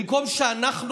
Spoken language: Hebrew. במקום שאנחנו,